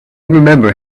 remember